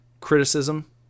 criticism